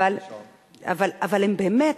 אבל באמת,